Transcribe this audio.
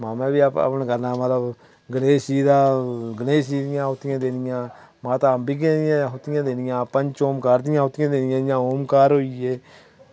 मामै वी हव हवन करना मतलब गणेश जी दा गणेश जी दियां आहुतियां देनियां माता अम्बिके दियां आहुतियां देनियां पंच ओमकार दियां आहुतियां देनियां जियां ओमकार होई गे